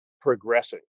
progressing